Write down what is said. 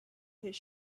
his